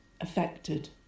affected